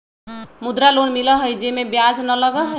मुद्रा लोन मिलहई जे में ब्याज न लगहई?